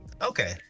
okay